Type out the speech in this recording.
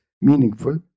meaningful